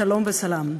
שלום וסלאם.